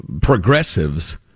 progressives